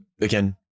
again